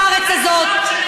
בארץ הזאת,